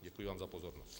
Děkuji vám za pozornost.